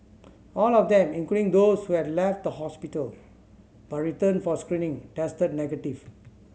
all of them including those who had left the hospital but returned for screening tested negative